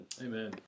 Amen